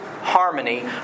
harmony